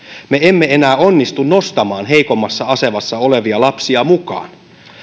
me emme enää onnistu nostamaan heikommassa asemassa olevia lapsia mukaan